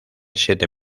siete